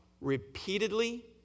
Repeatedly